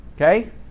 Okay